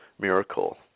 miracle